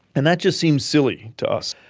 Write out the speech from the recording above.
and that just seemed silly to us.